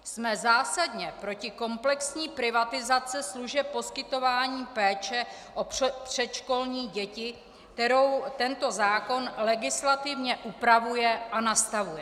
Jsme zásadně proti komplexní privatizaci služeb poskytování péče o předškolní děti, kterou tento zákon legislativně upravuje a nastavuje.